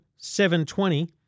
$720